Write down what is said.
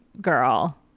girl